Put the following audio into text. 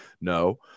No